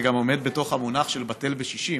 זה גם עונה למונח "בטל בשישים",